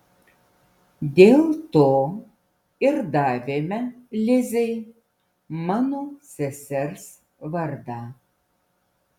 dėl to ir davėme lizei mano sesers vardą